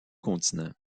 continent